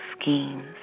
schemes